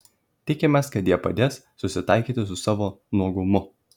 tikimės kad jie padės susitaikyti su savo nuogumu